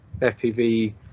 FPV